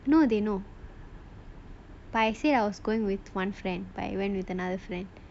no they know but I said I was going with one friend but I went with another friend